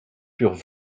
purent